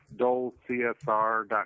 dolecsr.com